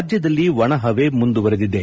ರಾಜ್ಯದಲ್ಲಿ ಒಣ ಹವೆ ಮುಂದುವರಿದಿದೆ